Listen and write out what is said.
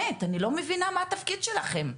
אני לא מבינה מה התפקיד שלכם.